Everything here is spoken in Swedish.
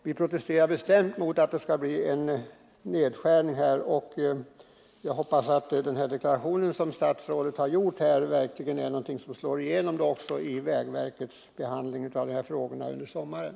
Vi protesterar bestämt mot en nedskärning, och jag hoppas att den deklaration som statsrådet gjort här verkligen slår igenom också i vägverkets behandling av de här frågorna under sommaren.